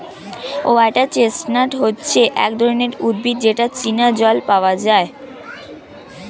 water chestnut হচ্ছে এক ধরনের উদ্ভিদ যেটা চীনা জল পাওয়া যায়